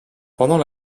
pendant